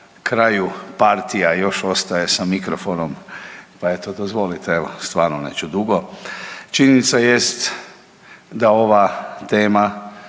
kraju partija još ostaje sa mikrofonom, pa eto dozvolite evo stvarno neću dugo. Činjenica jest da ova tema